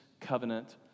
covenant